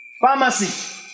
pharmacy